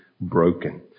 broken